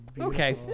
Okay